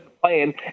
playing